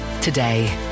today